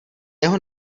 jeho